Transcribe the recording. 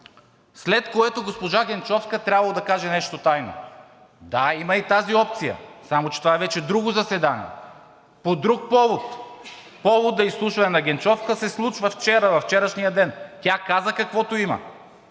След което госпожа Генчовска трябвало да каже нещо тайно! Да, има и тази опция, само че това е вече друго заседание, по друг повод! Поводът изслушване на Генчовска се случва във вчерашния ден! Тя каза, каквото има.